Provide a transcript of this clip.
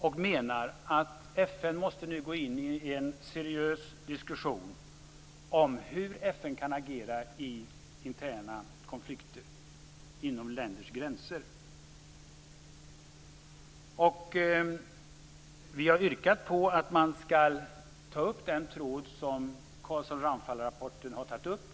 Vi menar att FN nu måste gå in i en seriös diskussion om hur FN kan agera i interna konflikter inom länders gränser. Vi har yrkat på att man skall ta upp den tråd som Carlsson-Ramphal-rapporten har tagit upp.